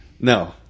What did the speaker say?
No